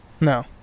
No